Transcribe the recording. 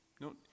No